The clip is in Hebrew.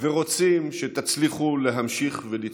ורוצים שתצליחו להמשיך לצחוק.